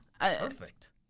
Perfect